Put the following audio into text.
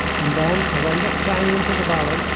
and then, as i looked down into the valley,